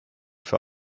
für